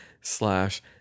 slash